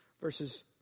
verses